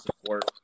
support